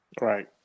right